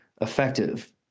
effective